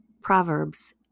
Proverbs